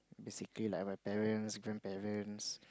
basically like my parents grandparents